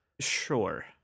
Sure